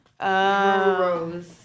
Rose